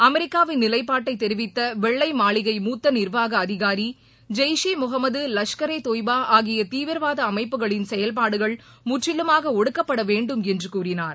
அமெரிக்காவின் நிலைப்பாட்டை தெரிவித்த வெள்ளை மாளிகையில் மூத்த நிர்வாக அதிகாரி ஜெய் ஷே முகமது லஷ்கரி தொய்பா ஆகிய தீவிரவாத அமைப்புகளின் செயல்பாடுகள் முற்றிலுமாக ஒடுக்கப்பட வேண்டும் என்று கூறினார்